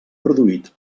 produït